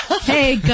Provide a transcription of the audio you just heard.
Hey